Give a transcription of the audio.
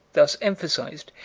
thus emphasized,